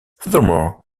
furthermore